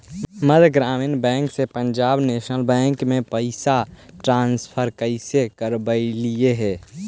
मध्य ग्रामीण बैंकवा से पंजाब नेशनल बैंकवा मे पैसवा ट्रांसफर कैसे करवैलीऐ हे?